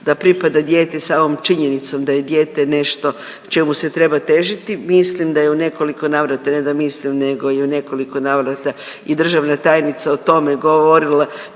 da pripada dijete, samom činjenicom da je dijete nešto čemu se treba težiti, mislim da je u nekoliko navrata, ne da mislim nego je u nekoliko navrata i državna tajnica o tome govorila